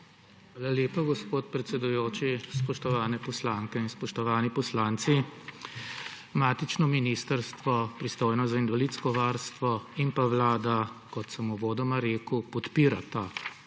Hvala lepa, gospod predsedujoči. Spoštovane poslanke in spoštovani poslanci! Matično ministrstvo, pristojno za invalidsko varstvo, in Vlada, kot sem uvodoma rekel, podpirata umestitev